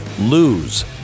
lose